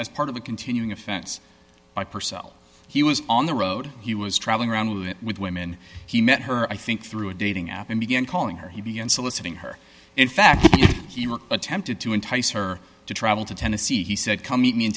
as part of a continuing offense by purcell he was on the road he was traveling around with it with women he met her i think through a dating app and began calling her he began soliciting her in fact he attempted to entice her to travel to tennessee he said come meet me in